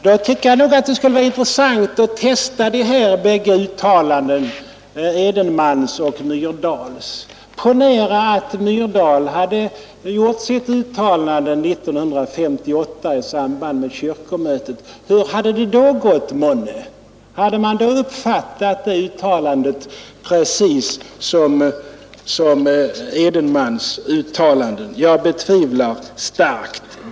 Det skulle vara intressant att testa herr Edenmans och fru Myrdals uttalanden. Ponera att fru Myrdal hade gjort sitt uttalande 1958 i samband med kyrkomötet — hur hade det då månne gått? Hade man då uppfattat det uttalandet på samma sätt som herr Edenmans uttalande? Jag betvivlar det starkt.